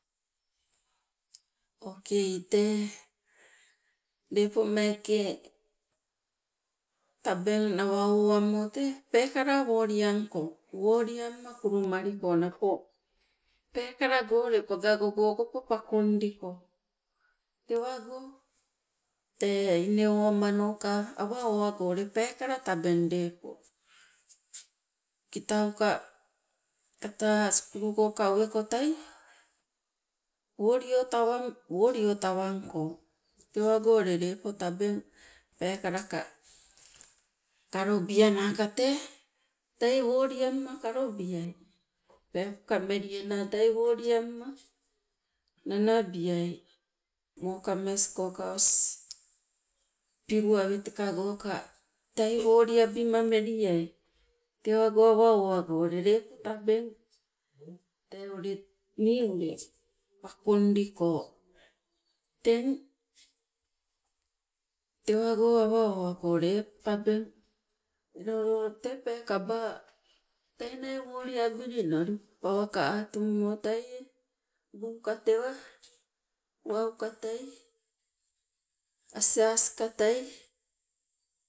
Okei tee lepo meeke tabeng nawa owamo tee peekala woliangko woliangma kulumaliko, napo peekala ule pagagogo pakundiko tewago tee inne owamanoka awa owago o ule peekala tabeng lepo. Kitauka kata sukulu nanako tei wolio tawangko tewago ule lepo tabeng, peekelaka kalobianaka tee tei woliama kalobiai, peepoka meliana tei woliama nanabiai. Mokameskoka osi pilu awetekagoka tei woliabima meliai, tewango awa owago o ule lepo tabeng tee ule nii ule pakungdiko. Teng tewago awa owago lepo tabeng, elo loo tee peekaba okopo tei woliabili noli pawaka atummo teie, buuka tewa, wauka tei, asi asika tei